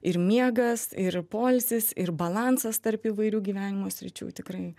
ir miegas ir poilsis ir balansas tarp įvairių gyvenimo sričių tikrai